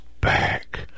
back